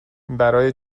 برای